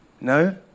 no